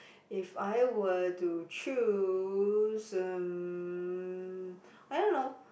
if I were to choose um I don't know